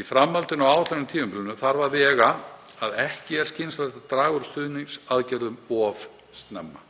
Í framhaldinu á áætlunartímabilinu þarf að vega, að ekki er skynsamlegt að draga úr stuðningsaðgerðum of snemma